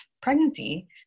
pregnancy